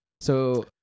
So-